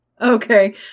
Okay